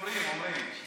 אומרים, אומרים.